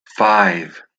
five